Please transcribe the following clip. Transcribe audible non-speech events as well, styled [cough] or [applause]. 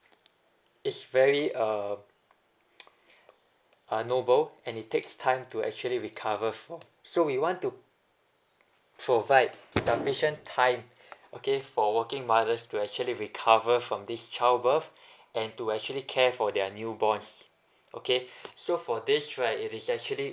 is very uh [noise] uh noble and it takes time to actually recover from so we want to provide sufficient time okay for working mothers to actually recover from this child birth and to actually care for their new borns okay [breath] so for this right it is actually